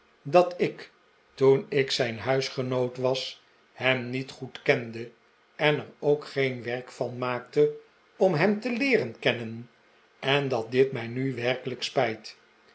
dat ik toen ik zijn huisgenoot was hem niet goed kende en er ook geen werk van maakte om hem te leeren kennen en dat dit mij nu werkelijk spijt